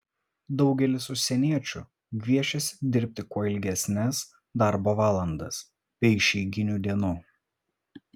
daugelis užsieniečių gviešiasi dirbti kuo ilgesnes darbo valandas be išeiginių dienų